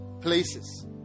places